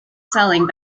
selling